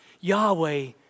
Yahweh